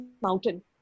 mountain